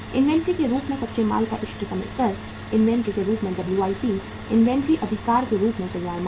inventory के रूप में कच्चे माल का इष्टतम स्तर इन्वेंट्री के रूप में WIP इन्वेंट्री अधिकार के रूप में तैयार माल